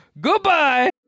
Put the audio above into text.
goodbye